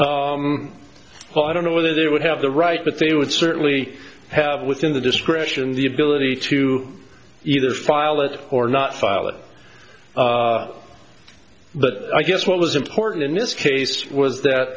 reply well i don't know whether they would have the right but they would certainly have within the discretion the ability to either file it or not file it but i guess what was important in this case was that